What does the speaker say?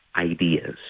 ideas